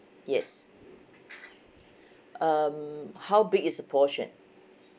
yes um how big is the portion